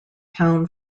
town